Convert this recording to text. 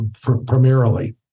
primarily